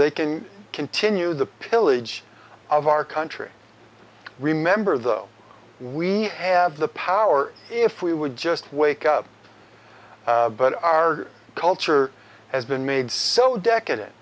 they can continue the pillage of our country remember though we have the power if we would just wake up but our culture has been made so decadent